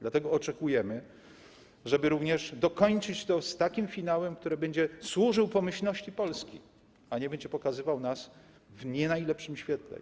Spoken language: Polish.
Dlatego oczekujemy tego, żeby dokończyć to z takim finałem, który będzie służył pomyślności Polski, a nie będzie pokazywał nas w nie najlepszym świetle.